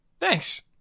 Thanks